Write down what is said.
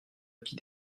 vie